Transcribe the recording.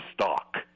stock